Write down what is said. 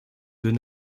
deux